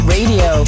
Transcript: Radio